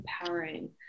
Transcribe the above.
empowering